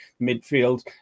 midfield